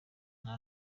nta